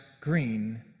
green